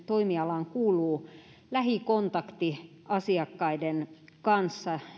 toimialaan kuuluu lähikontakti asiakkaiden kanssa